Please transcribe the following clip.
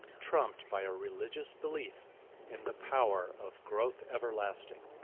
trumped by a religious belief in the power of growth everlasting.